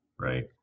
right